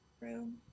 room